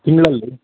ತಿಂಗಳಲ್ಲಿ